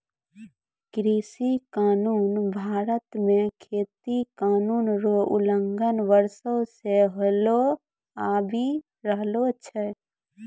कृषि कानून भारत मे खेती कानून रो उलंघन वर्षो से होलो आबि रहलो छै